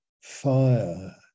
fire